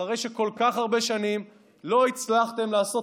אחרי שכל כך הרבה שנים לא הצלחתם לעשות